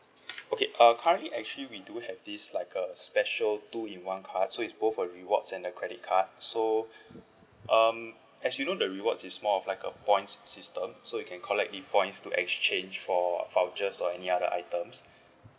okay uh currently actually we do have this like a special two in one card so is both a rewards and the credit card so um as you know the rewards is more of like a points system so you can collect it points to exchange for vouchers or any other items